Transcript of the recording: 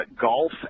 golf